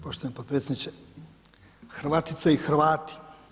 Poštovani potpredsjedniče, Hrvatice i Hrvati.